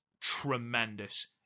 tremendous